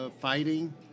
fighting